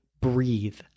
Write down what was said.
breathe